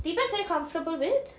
deepa's very comfortable with